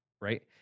right